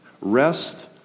Rest